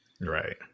Right